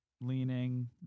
leaning